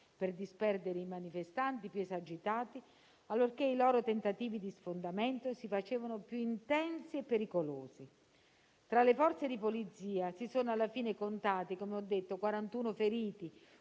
per disperdere i manifestanti più esagitati allorché i loro tentativi di sfondamento si facevano più intensi e pericolosi. Tra le Forze di polizia si sono alla fine contati - come ho detto - 41 feriti,